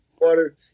water